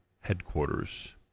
headquarters